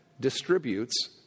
distributes